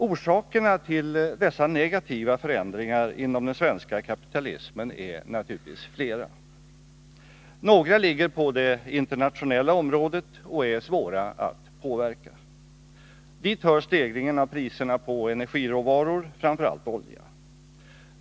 Orsakerna till dessa negativa förändringar inom den svenska kapitalismen är naturligtvis flera. Några ligger på det internationella området och är svåra att påverka. Dit hör stegringen av priserna på energiråvaror, framför allt olja.